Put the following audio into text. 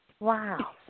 Wow